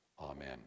Amen